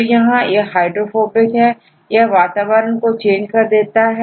तो यहां पर यह हाइड्रोफोबिक है यह वातावरण को चेंज कर देता है